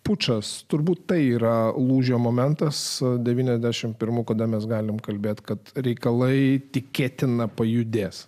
pučas turbūt tai yra lūžio momentas devyniasdešim pirmų kada mes galime kalbėti kad reikalai tikėtina pajudės